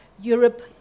Europe